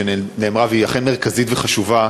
שנאמרה, והיא אכן מרכזית וחשובה.